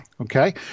Okay